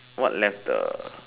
what left the